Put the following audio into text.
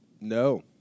No